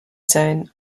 zone